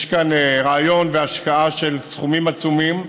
יש כאן רעיון והשקעה של סכומים עצומים,